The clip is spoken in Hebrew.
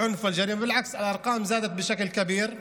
אתם רואים את השר הזה, השר לביטחון לאומי.